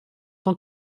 tant